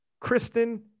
Kristen